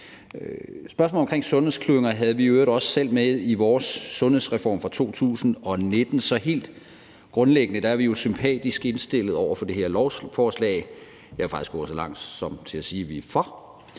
Spørgsmålet omkring sundhedsklynger havde vi i øvrigt også selv med i vores sundhedsreform fra 2019. Så helt grundlæggende er vi jo sympatisk indstillede over for det her lovforslag – jeg vil faktisk gå så langt som til at sige, at vi er for